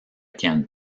kent